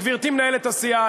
גברתי מנהלת הסיעה,